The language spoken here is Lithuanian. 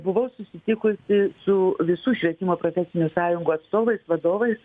buvau susitikusi su visų švietimo profesinių sąjungų atstovais vadovais